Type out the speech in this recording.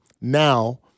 now